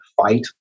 fight